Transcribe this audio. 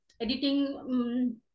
editing